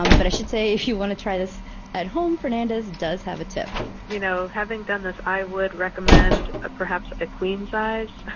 um but i should say if you want to try this at home, fernandez does have a tip you know having done this, i would recommend a perhaps a queen size